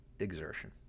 exertion